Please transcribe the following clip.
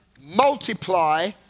multiply